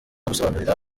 gusobanurira